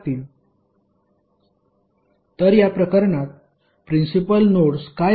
तर या प्रकरणात प्रिन्सिपल नोड्स काय आहेत